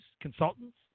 consultants